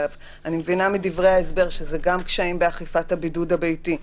אני מבינה מדברי ההסבר שזה גם הקשיים באכיפת הבידוד הביתי,